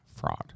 fraud